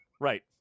Right